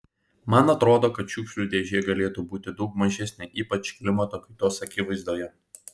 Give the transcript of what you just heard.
man atrodo kad šiukšlių dėžė galėtų būti daug mažesnė ypač klimato kaitos akivaizdoje